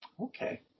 Okay